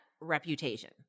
reputation